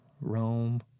Rome